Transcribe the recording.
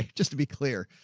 just to be clear,